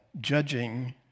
judging